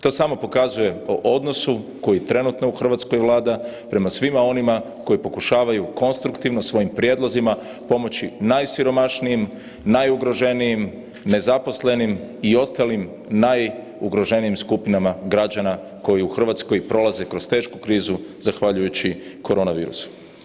To samo pokazuje o odnosu koji trenutno u Hrvatskoj vlada prema svima onima koji pokušavaju konstruktivno svojim prijedlozima pomoći najsiromašnijim, najugroženijim, nezaposlenim i ostalim najugroženijim skupinama građana koji u Hrvatskoj prolaze kroz tešku krizu zahvaljujući korona virusu.